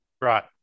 Right